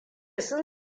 sun